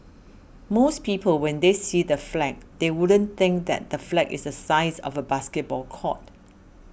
most people when they see the flag they wouldn't think that the flag is the size of a basketball court